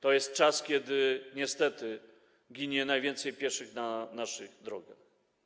To jest czas, kiedy niestety ginie najwięcej pieszych na naszych drogach.